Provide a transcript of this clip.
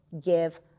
give